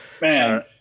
man